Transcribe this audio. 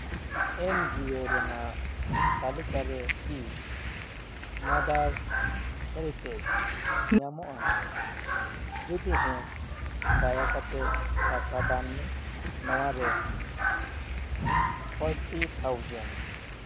ᱮᱱ G O ᱨᱮᱱᱟᱜ ᱛᱟᱹᱞᱤᱠᱟ ᱨᱮ ᱠᱤ ᱢᱟᱫᱟᱨ ᱦᱮᱞᱯᱯᱮᱡ ᱧᱟᱢᱚᱜᱼᱟ ᱡᱩᱫᱤ ᱦᱮᱸ ᱫᱟᱭᱟ ᱠᱟᱛᱮ ᱴᱟᱠᱟ ᱫᱟᱱ ᱢᱮ ᱱᱚᱣᱟᱨᱮ ᱯᱳᱱ ᱜᱮᱞ ᱦᱟᱡᱟᱨ